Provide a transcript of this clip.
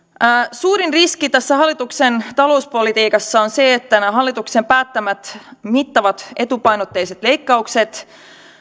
suurin riski tässä hallituksen talouspolitiikassa on se että nämä hallituksen päättämät mittavat etupainotteiset leikkaukset